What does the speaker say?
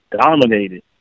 dominated